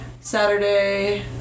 Saturday